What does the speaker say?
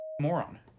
moron